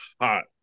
hot